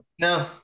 No